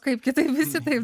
kaip kitaip visi taip